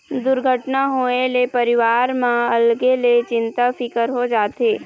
दुरघटना होए ले परिवार म अलगे ले चिंता फिकर हो जाथे